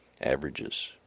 averages